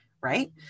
right